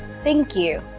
thank you.